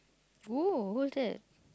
!oo! who's that